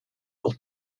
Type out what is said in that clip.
will